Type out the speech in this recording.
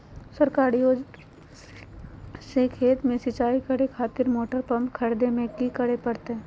सरकारी योजना से खेत में सिंचाई करे खातिर मोटर पंप खरीदे में की करे परतय?